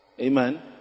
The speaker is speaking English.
Amen